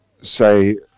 say